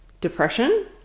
depression